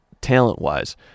talent-wise